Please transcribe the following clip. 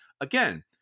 Again